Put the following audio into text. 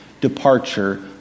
departure